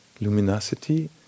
luminosity